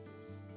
Jesus